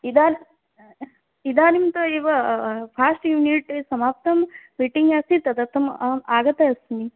इदा इदानीं तु एव फ़ास्ट् युनिट् समाप्तं मीटिङ्ग् आसीत् तदर्थम् अहम् आगता अस्मि